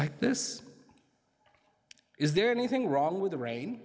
like this is there anything wrong with the rain